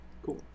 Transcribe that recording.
Cool